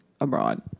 abroad